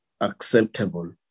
acceptable